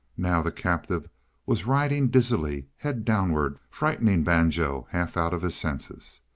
now the captive was riding dizzily, head downward, frightening banjo half out of his senses.